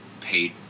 paid